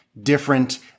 different